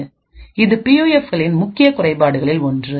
இது பியூஎஃப்களின் முக்கிய குறைபாடுகளில் ஒன்று